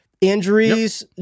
injuries